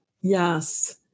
Yes